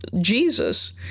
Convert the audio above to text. Jesus